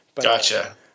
Gotcha